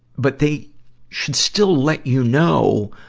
but they should still let you know,